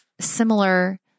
similar